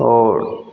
आओर